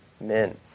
men